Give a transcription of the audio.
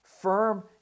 firm